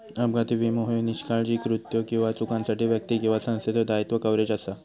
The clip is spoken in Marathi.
अपघाती विमो ह्यो निष्काळजी कृत्यो किंवा चुकांसाठी व्यक्ती किंवा संस्थेचो दायित्व कव्हरेज असा